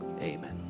Amen